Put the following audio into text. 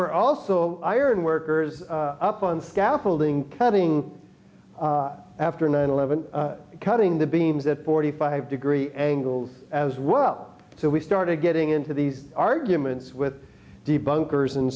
were also iron workers up on scaffolding cutting after nine eleven cutting the beams that forty five degree angle as well so we started getting into these arguments with debuggers and